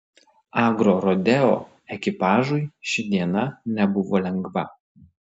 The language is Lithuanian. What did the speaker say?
agrorodeo ekipažui ši diena nebuvo lengva